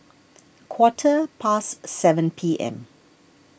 quarter past seven P M